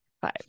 five